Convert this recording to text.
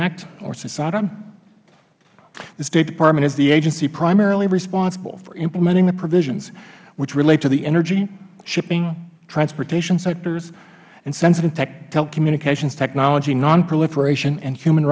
act or cisada the state department is the agency primarily responsible for implementing the provisions which relate to the energy shipping transportation sectors and sensitive telecommunications technology non proliferation and human